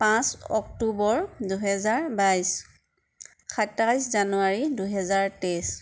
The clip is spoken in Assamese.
পাঁচ অক্টোবৰ দুহেজাৰ বাইছ সাতাইছ জানুৱাৰী দুহেজাৰ তেইছ